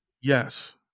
Yes